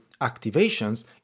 activations